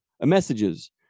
messages